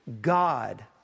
God